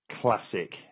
classic